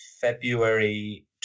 February